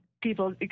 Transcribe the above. people